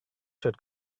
shirt